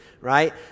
right